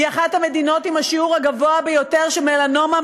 היא אחת המדינות עם השיעור הגבוה ביותר של מלנומה.